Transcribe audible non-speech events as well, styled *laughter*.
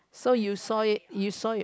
so you saw it you saw *noise*